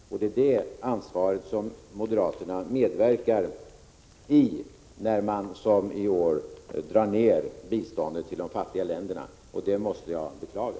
Till detta medverkar moderaterna när de — som är fallet i år — drar ned biståndet till de fattiga länderna, och det måste jag beklaga.